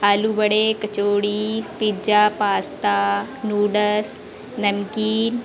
आलू बड़े kachori pizza pasta noodles नमकीन